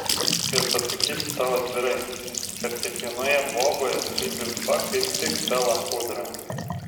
ir pasakysiu tau atvirai kad kiekvienoje boboje slypi va kaip tik ta lachudra